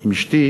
עם אשתי,